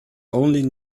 only